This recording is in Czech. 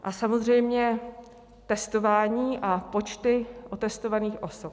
A samozřejmě testování a počty otestovaných osob.